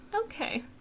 okay